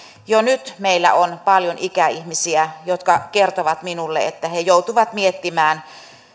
jo nyt meillä on paljon ikäihmisiä jotka kertovat minulle että he joutuvat miettimään